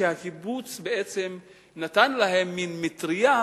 והקיבוץ נתן להם מין מטרייה